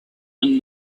and